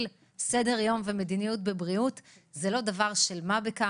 סדר יום ומדיניות בבריאות זה לא דבר של מה בכך.